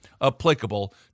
applicable